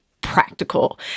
practical